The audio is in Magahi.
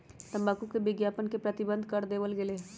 तंबाकू के विज्ञापन के प्रतिबंध कर देवल गयले है